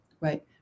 right